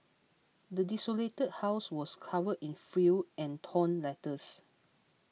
the desolated house was covered in filth and torn letters